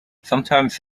sometimes